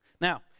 Now